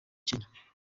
kenya